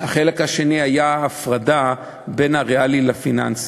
החלק השני היה הפרדה בין הריאלי לפיננסי.